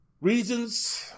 Reasons